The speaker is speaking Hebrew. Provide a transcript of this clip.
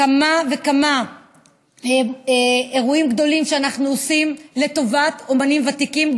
כמה וכמה אירועים גדולים שאנחנו עושים לטובת אומנים ותיקים,